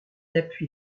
appuie